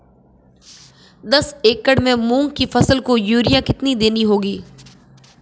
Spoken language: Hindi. दस एकड़ में मूंग की फसल को यूरिया कितनी देनी होगी?